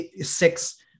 six